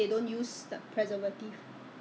because I think we still have a